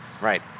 right